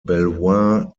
belvoir